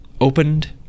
opened